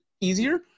easier